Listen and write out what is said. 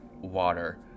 water